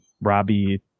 Robbie